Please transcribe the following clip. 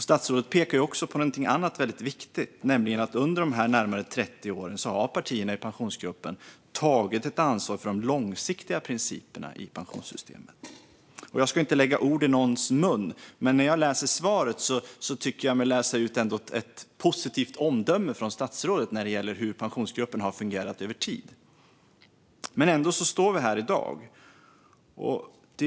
Statsrådet pekar också på något annat viktigt: att partierna i Pensionsgruppen under de här närmare 30 åren har tagit ansvar för de långsiktiga principerna i pensionssystemet. Jag ska inte lägga ord i någons mun. Men utifrån statsrådets svar tycker jag mig ändå utläsa ett positivt omdöme från statsrådet när det gäller hur Pensionsgruppen har fungerat över tid. Ändå står vi här i dag.